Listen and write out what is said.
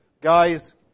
Guys